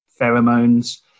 pheromones